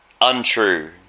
untrue